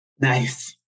Nice